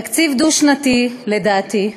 תקציב דו-שנתי, לדעתי,